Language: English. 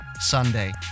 Sunday